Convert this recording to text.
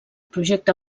projecte